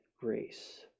grace